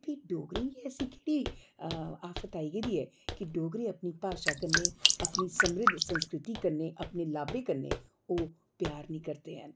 फ्ही डोगरें गी ऐसा केह्डी आफत आई गेदी ऐ कि डोगरे अपनी भाशा कन्नै अपनी समृद्ध संस्कृति कन्नै अपने लाब्बे कन्नै ओह् प्यार नेईं करदे हैन